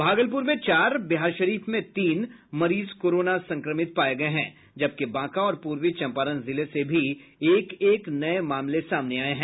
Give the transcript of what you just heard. भागलपुर में चार बिहारशरीफ में तीन मरीज कोरोना संक्रमित पाये गये हैं जबकि बांका और पूर्वी चंपारण जिले से भी एक एक नये मामले सामने आये हैं